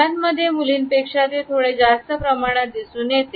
मुलांमध्ये मुलीं पेक्षा ते थोडे जास्त प्रमाणात दिसून येते